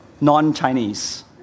non-Chinese